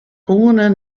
koene